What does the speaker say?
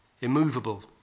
immovable